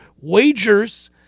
wagers